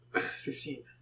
Fifteen